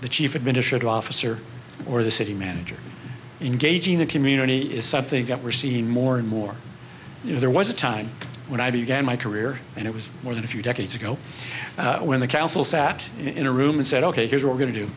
the chief administrative officer or the city manager engaging the community is something that we're seeing more and more you know there was a time when i began my career and it was more than a few decades ago when the council sat in a room and said ok here's what we're going to do